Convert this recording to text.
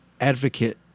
advocate